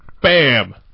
Bam